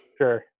Sure